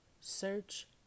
search